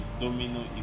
domino